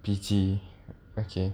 P_G okay